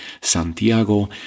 Santiago